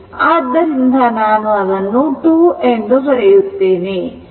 ಆದ್ದರಿಂದ ಅದನ್ನು ನಾನು 2 ಎಂದು ಬರೆಯುತ್ತೇನೆ